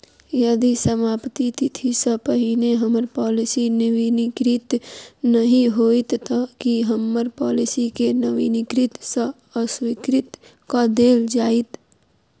यदि समाप्ति तिथि सँ पहिने हम्मर पॉलिसी नवीनीकृत नहि होइत तऽ की हम्मर पॉलिसी केँ नवीनीकृत सँ अस्वीकृत कऽ देल जाइत?